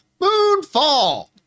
Moonfall